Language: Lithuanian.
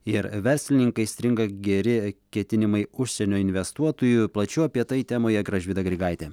ir verslininkai stringa geri ketinimai užsienio investuotojų plačiau apie tai temoje gražvyda grigaitė